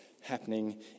happening